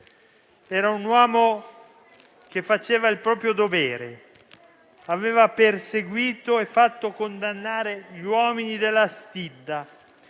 era un uomo che faceva il proprio dovere. Aveva perseguito e fatto condannare gli uomini della stidda;